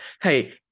hey